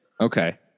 Okay